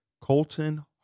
Colton